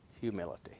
humility